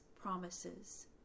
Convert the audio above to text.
promises